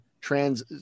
trans